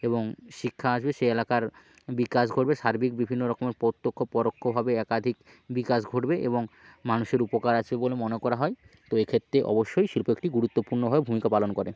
এবং শিক্ষা আসবে সে এলাকার বিকাশ ঘটবে সার্বিক বিভিন্ন রকমের প্রত্যক্ষ পরোক্ষভাবে একাধিক বিকাশ ঘটবে এবং মানুষের উপকার আছে বলে মনে করা হয় তো এক্ষেত্রে অবশ্যই শিল্প একটি গুরুত্বপূর্ণভাবে ভূমিকা পালন করে